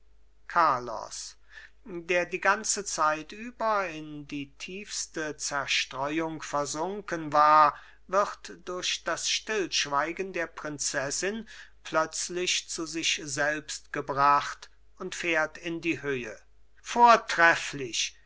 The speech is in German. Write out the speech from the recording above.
carlos der die ganze zeit in die tiefste zerstreuung versunken war wird durch das stillschweigen der prinzessin plötzlich zu sich selbst gebracht und fährt in die höhe vortrefflich